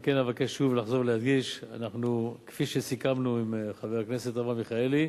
ועל כן אבקש לחזור ולהדגיש: כפי שסיכמנו עם חבר הכנסת אברהם מיכאלי,